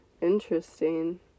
Interesting